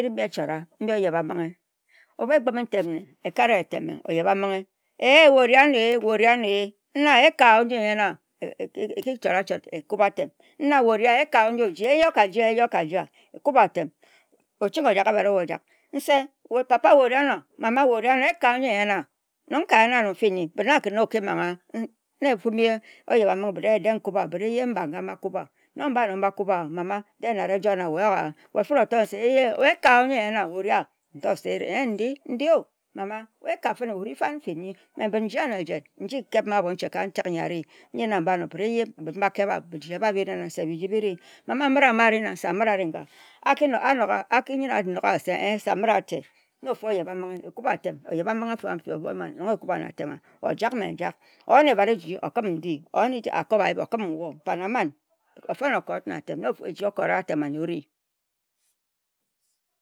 Eyim mbi echora, eyim oye bhambinghe. Obu ekpughe ntem nne, ekariye oyebhambinghe. Ehe wue ori anoiwue ori ano ehe? Ekha nji neyenuwua. Eki chot achot nna okahji ehyehe? Okanhji ehronghe? Ekub atem. Oching ojak ehbat ojak. Nse, papa ori anoh? Mama ori anoh? Eka chang nnyene nnfim nnyi, mesi kan ohmanghe ohmanghe ehe? Na ofo ohyebambinghe na mba ngah mba kupbho wa mama dehe enare ejowue nawue, wue fanne okpe eyum se, wue orihe? Oto se ndi oh. Eka ori fan fin nyi? Nnji ano ejen, nji kep ma abhonchi ka ntek yi ari na me se mba kep wue eyehe se biji ebah biri nan? Biri. Mama amet ama ari nan? Se amet ari nga. Aki ayenne anongha? Se amet ahe. Na ofo oyhebambinghe ambi afo ano oman. Ojak me njak oyen ehbat eji okaram ndi oyen nkop ayip araram nwo. Mpan aman ofon okot. Na eji okot na ntem nne ori